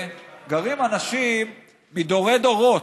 גרים אנשים מדורי-דורות.